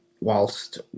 whilst